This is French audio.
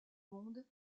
monde